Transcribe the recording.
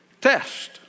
test